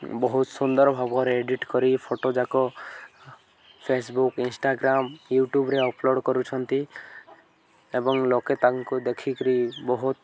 ବହୁତ ସୁନ୍ଦର ଭାବରେ ଏଡ଼ିଟ୍ କରି ଫଟୋଯାକ ଫେସ୍ବୁକ୍ ଇନଷ୍ଟାଗ୍ରାମ୍ ୟୁଟ୍ୟୁବ୍ରେ ଅପଲୋଡ଼୍ କରୁଛନ୍ତି ଏବଂ ଲୋକେ ତାଙ୍କୁ ଦେଖିକିରି ବହୁତ